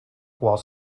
while